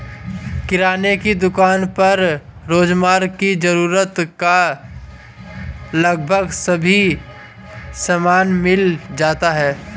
किराने की दुकान पर रोजमर्रा की जरूरत का लगभग सभी सामान मिल जाता है